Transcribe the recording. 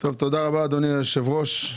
תודה רבה, אדוני היושב-ראש.